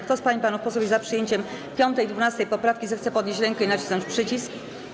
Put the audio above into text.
Kto z pań i panów posłów jest za przyjęciem 5. i 12. poprawki, zechce podnieść rękę i nacisnąć przycisk.